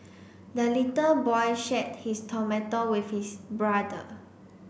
the little boy shared his tomato with his brother